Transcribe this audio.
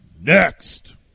Next